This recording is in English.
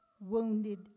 wounded